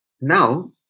now